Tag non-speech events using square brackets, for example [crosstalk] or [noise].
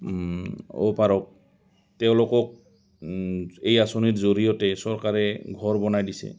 [unintelligible] তেওঁলোকক এই আঁচনিৰ জৰিয়তে চৰকাৰে ঘৰ বনাই দিছে